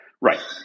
right